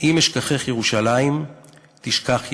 "אם אשכחך ירושלים תשכח ימיני".